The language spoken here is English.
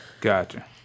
Gotcha